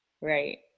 right